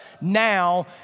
now